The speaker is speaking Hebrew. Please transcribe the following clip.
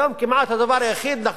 היום הדבר היחיד כמעט,